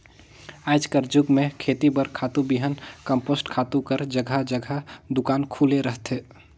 आएज कर जुग में खेती बर खातू, बीहन, कम्पोस्ट खातू कर जगहा जगहा दोकान खुले रहथे